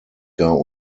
gar